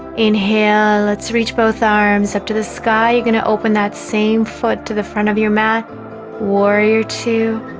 inhale, let's reach both arms up to the sky. you're gonna open that same foot to the front of your mat warrior two